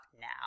now